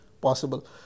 possible